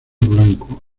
blanco